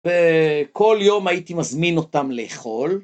וכל יום הייתי מזמין אותם לאכול.